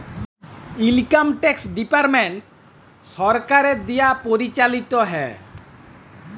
income tax department সরকারের দিয়া পরিচালিত হ্যয়